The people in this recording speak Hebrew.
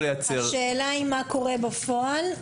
השאלה היא מה קורה בפועל.